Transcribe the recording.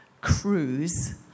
cruise